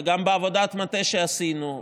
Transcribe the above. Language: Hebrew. וגם בעבודת מטה שעשינו,